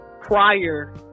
prior